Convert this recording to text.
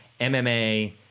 mma